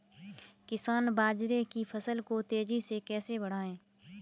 किसान बाजरे की फसल को तेजी से कैसे बढ़ाएँ?